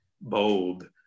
bold